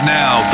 now